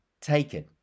taken